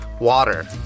Water